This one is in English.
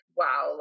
wow